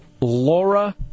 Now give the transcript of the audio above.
Laura